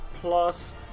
plus